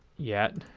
yet.